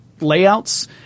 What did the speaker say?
layouts